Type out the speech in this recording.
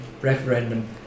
referendum